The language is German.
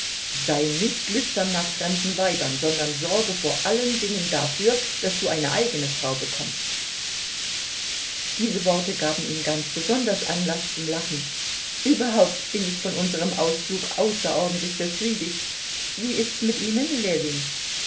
sei nicht lüstern nach fremden weibern sondern sorge vor allen dingen dafür daß du eine eigene frau bekommst diese worte gaben ihm ganz besonders anlaß zum lachen überhaupt bin ich von unserem ausflug außerordentlich befriedigt wie ist's mit ihnen ljewin